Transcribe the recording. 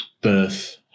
birth